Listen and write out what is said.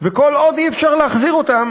וכל עוד אי-אפשר להחזיר אותם